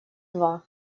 два